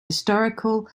historical